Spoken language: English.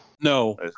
No